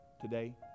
today